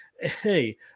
Hey